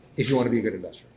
if you want to be a good investor.